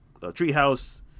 treehouse